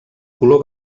color